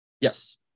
Yes